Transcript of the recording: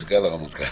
אדוני השר,